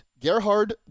Gerhard